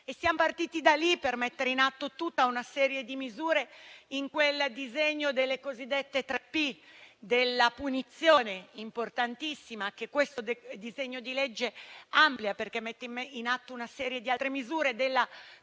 e siamo partiti da lì per mettere in atto tutta una serie di misure in quel disegno di legge delle cosiddette tre P: la punizione, importantissima, che questo disegno di legge amplia, perché mette in atto una serie di altre misure; la protezione